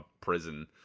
prison